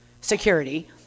security